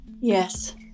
yes